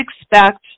expect